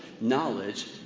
knowledge